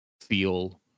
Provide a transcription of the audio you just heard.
feel